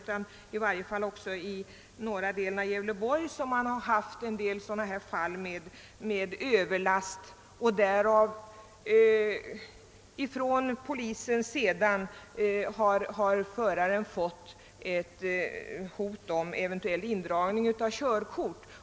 Även i norra delen av Gävleborgs län har man haft en del fall av överlast, där polisen ifrågasatt indragning av vederbörandes körkort.